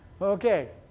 Okay